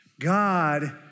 God